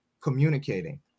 communicating